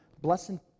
blessing